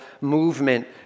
movement